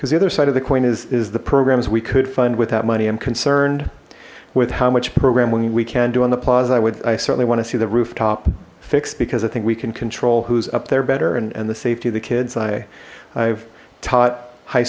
because the other side of the coin is the programs we could fund with that money i'm concerned with how much program we can do on the plaza i would i certainly want to see the roof fixed because i think we can control who's up there better and the safety of the kids i i've taught high